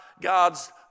God's